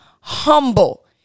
humble